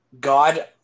God